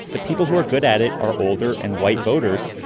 the people who are good at it are older and white voters.